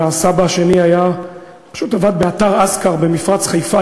הסבא השני פשוט עבד באתר "אסקר" במפרץ חיפה,